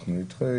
אלא נדחה,